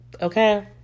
Okay